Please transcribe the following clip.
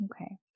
Okay